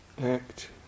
act